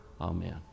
Amen